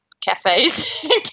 cafes